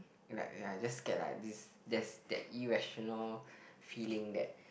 like ya just scared lah this there's that irrational feeling that